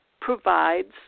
provides